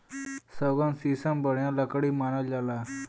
सौगन, सीसम बढ़िया लकड़ी मानल जाला